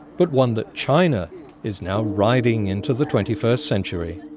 but one that china is now riding into the twenty first century.